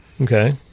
Okay